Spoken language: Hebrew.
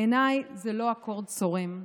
בעיניי, זה לא אקורד צורם,